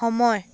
সময়